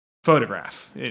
Photograph